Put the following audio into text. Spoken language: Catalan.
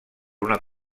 una